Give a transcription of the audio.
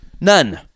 None